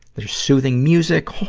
there's soothing music,